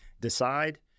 DECIDE